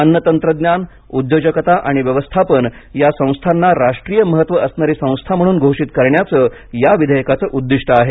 अन्न तंत्रज्ञान उद्योजकता आणि व्यवस्थापन या संस्थांना राष्ट्रीय महत्त्व असणारी संस्था म्हणून घोषित करण्याचे या विधेयकाचे उद्दीष्ट आहे